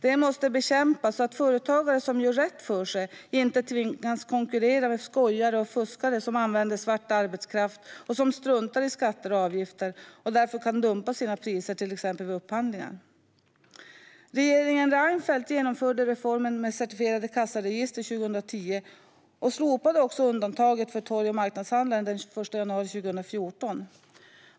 Det måste bekämpas så att företagare som gör rätt för sig inte tvingas konkurrera med skojare och fuskare som använder svart arbetskraft och struntar i skatter och avgifter och därför kan dumpa sina priser, till exempel vid upphandlingar. Regeringen Reinfeldt genomförde reformen med certifierade kassaregister 2010 och slopade också undantaget för torg och marknadshandlare den 1 januari 2014.